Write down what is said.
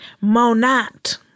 Monat